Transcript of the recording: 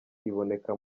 iboneka